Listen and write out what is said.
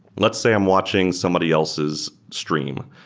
let's say i'm watching somebody else's stream,